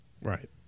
Right